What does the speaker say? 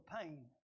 pain